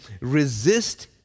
resist